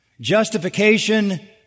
Justification